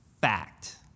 fact